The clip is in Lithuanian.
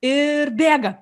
ir bėga